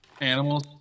animals